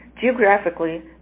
Geographically